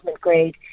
grade